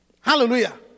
Hallelujah